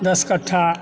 दश कट्ठा